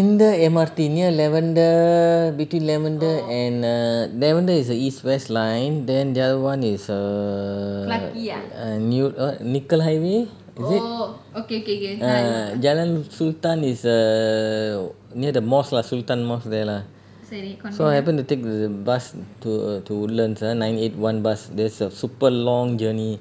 india M_R_T near lavender between lavender and err lavender is the east west line then the other one is err err newt~ what நிக்கலாய்வு:nikkalaaivu is it ah jalan sultan is err near the mosque lah sultan mosque there lah so I happen to take the bus to to learnt ah nine eight one bus there's a super long journey